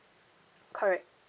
correct